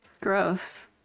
Gross